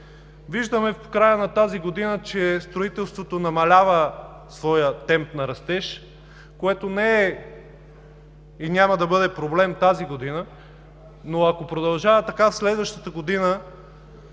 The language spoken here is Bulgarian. хазна е пълна. Виждаме, че строителството намалява своя темп на растеж, което не е и няма да бъде проблем тази година, но ако продължава така следващата година,